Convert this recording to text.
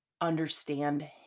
understand